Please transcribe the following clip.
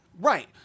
Right